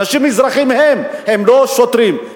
אנשים אזרחים הם, הם לא שוטרים.